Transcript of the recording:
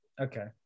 Okay